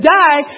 die